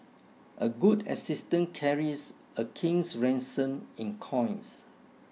a good assistant carries a king's ransom in coins